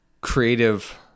creative